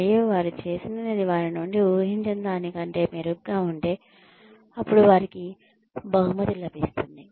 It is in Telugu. మరియు వారు చేసినది వారి నుండి ఊహించిన దాని కంటే మెరుగ్గా ఉంటే అప్పుడు వారికి బహుమతి లభిస్తుంది